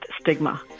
stigma